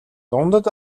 дундад